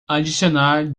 adicionar